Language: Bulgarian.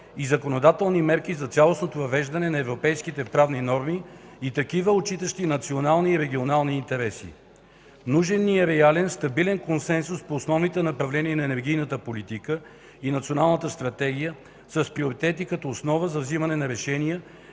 и законодателни мерки за цялостното въвеждане на европейските правни норми и такива, отчитащи национални и регионални интереси. Нужен ни е реален, стабилен консенсус по основните направления на енергийната политика и Националната стратегия с приоритети като основа за вземане на решения